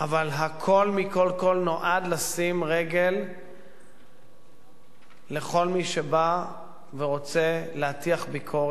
אבל הכול מכול כול נועד לשים רגל לכל מי שבא ורוצה להטיח ביקורת,